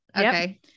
okay